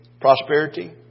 prosperity